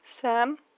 Sam